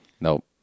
Nope